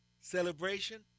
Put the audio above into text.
celebration